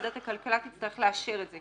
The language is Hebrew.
ועדת הכלכלה תצטרך לאשר את זה,